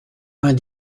vingt